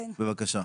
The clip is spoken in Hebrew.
בבקשה.